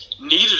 Needed